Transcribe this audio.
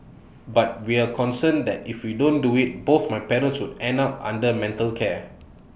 but we're concerned that if we don't do IT both my parents would end up under mental care